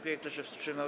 Kto się wstrzymał?